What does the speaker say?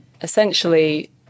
essentially